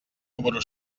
número